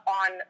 on